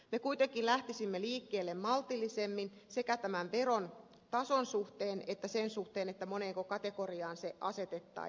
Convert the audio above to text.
me kuitenkin lähtisimme liikkeelle maltillisemmin sekä tämän veron tason suhteen että sen suhteen moneenko kategoriaan se asetettaisiin